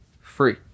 free